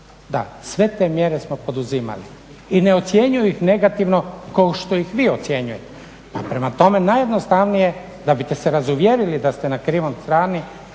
Da, sve te mjere smo poduzimali i ne ocjenjuju ih negativno kao što ih vi ocjenjujete, prema tome najjednostavnije da bite se razuvjerili da ste na krivoj strani